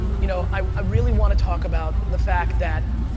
you know i ah really want to talk about the fact that